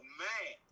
man